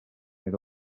era